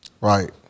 Right